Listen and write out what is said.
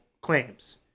claims